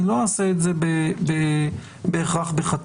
אני לא אעשה את זה בהכרח בחטף.